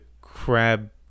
crab